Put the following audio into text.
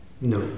No